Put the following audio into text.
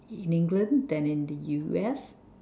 in England than in the U_S